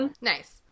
Nice